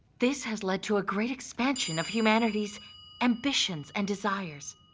this has led to a great expansion of humanity's ambitions and desires,